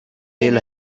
real